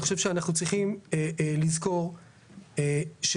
אני חושב אנחנו צריכים לזכור שרשויות,